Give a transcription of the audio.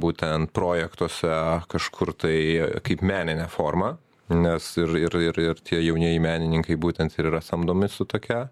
būtent projektuose kažkur tai kaip meninę formą nes ir ir ir ir tie jaunieji menininkai būtent ir yra samdomi su tokia